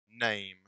name